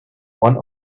one